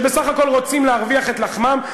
שבסך הכול רוצים להרוויח את לחמם.